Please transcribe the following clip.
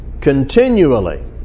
continually